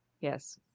Yes